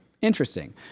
Interesting